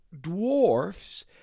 dwarfs